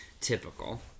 Typical